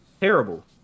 terrible